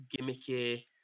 gimmicky